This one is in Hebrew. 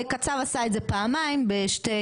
קצב עשה את זה פעמיים בשתי